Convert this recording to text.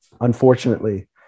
unfortunately